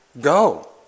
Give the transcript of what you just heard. go